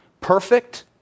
Perfect